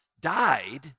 died